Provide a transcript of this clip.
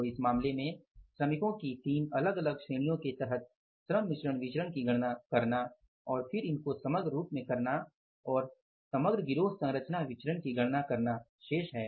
तो इस मामले में श्रमिकों की 3 अलग अलग श्रेणियों के तहत श्रम मिश्रण विचरण की गणना करना और फिर इनको समग्र रूप में करना और समग्र गिरोह संरचना विचरण की गणना करना शेष है